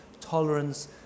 tolerance